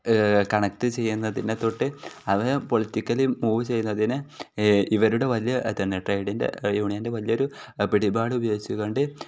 connect ചെയ്യുന്നതിനെ തൊട്ട് അവർ പൊളിറ്റിക്കലി മൂവ് ചെയ്യുന്നതിന് ഇവരുടെ വലിയ തന്നെ ട്രേഡിൻ്റെ യൂണിയൻ്റെ വലിയൊരു പിടിപാട് ഉപയോഗിച്ചു കൊണ്ട്